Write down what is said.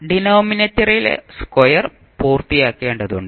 ഡിനോമിനേറ്ററിലെ square പൂർത്തിയാക്കേണ്ടതുണ്ട്